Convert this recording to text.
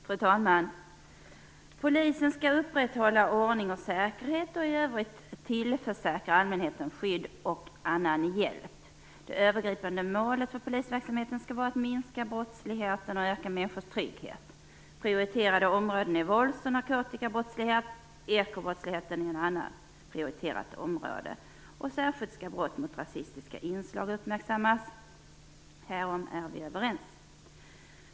Fru talman! Polisen skall upprätthålla ordning och säkerhet och i övrigt tillförsäkra allmänheten skydd och annan hjälp. Det övergripande målet för polisverksamheten skall vara att minska brottsligheten och att öka människors trygghet. Prioriterade områden är vålds och narkotikabrottslighet. Ekobrottsligheten är ett annat prioriterat område. Särskilt skall brott med rasistiska inslag uppmärksammas. Därom är vi överens.